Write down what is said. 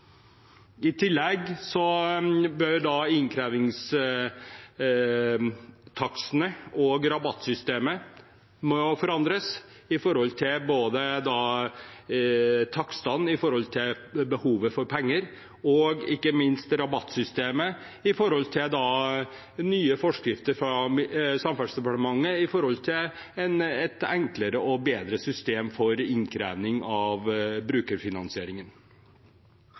I tillegg må innkrevingstakstene og rabattsystemet forandres – takstene på grunn av behovet for penger og ikke minst rabattsystemet på grunn av nye forskrifter fra Samferdselsdepartementet og et enklere og bedre system for innkrevingen av brukerfinansieringen.